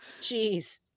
jeez